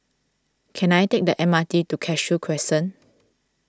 can I take the M R T to Cashew Crescent